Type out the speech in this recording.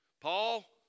Paul